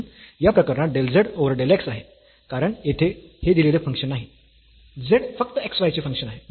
म्हणून या प्रकरणात del z over del x आहे कारण येथे हे दिलेले फंक्शन नाही z फक्त x y चे फंक्शन आहे